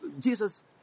Jesus